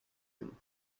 him